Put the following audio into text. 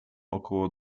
około